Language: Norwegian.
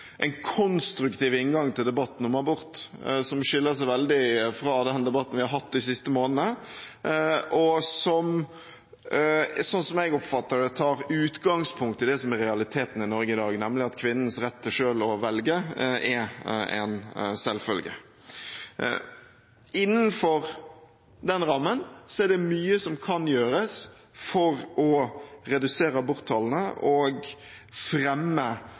en konstruktiv inngang til debatten om abort, ut fra den debatten vi har hatt de siste månedene, og som – slik jeg oppfatter det – tar utgangspunkt i det som er realiteten i Norge i dag, nemlig at kvinnens rett til selv å velge er en selvfølge. Innenfor den rammen er det mye som kan gjøres for å redusere aborttallene og fremme